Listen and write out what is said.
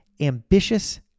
Ambitious